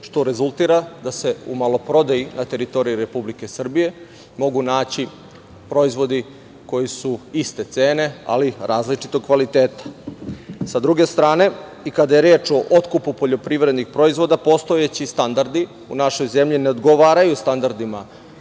što rezultira da se u maloprodaji na teritoriji Republike Srbije mogu naći proizvodi koji su iste cene ali različitog kvaliteta. Sa druge strane i kada je reč o otkupu poljoprivrednih proizvoda postojeći standardi u našoj zemlji ne odgovaraju standardima